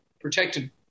protected